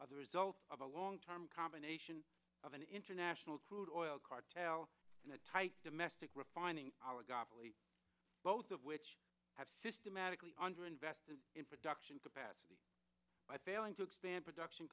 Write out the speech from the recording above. are the result of a long time combination of an international crude oil cartel in a tight domestic refining our gaap both of which have systematically under invested in production capacity by failing to expand production